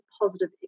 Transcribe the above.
positive